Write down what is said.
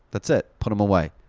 that's it, put em away,